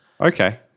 Okay